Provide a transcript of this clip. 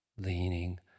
leaning